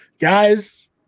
Guys